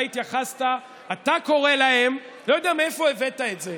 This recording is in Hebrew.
אתה קורא להם, אני לא יודע מאיפה הבאת את זה,